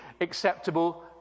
acceptable